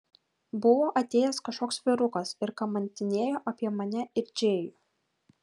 buvo atėjęs kažkoks vyrukas ir kamantinėjo apie mane ir džėjų